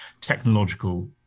technological